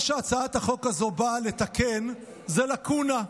מה שהצעת החוק הזו באה לתקן זה לקונה,